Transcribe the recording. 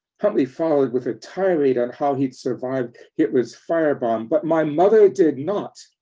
huntley followed with a tirade on how he'd survived hitler's firebombs but my mother did not!